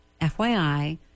FYI